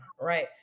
right